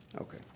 Okay